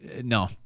no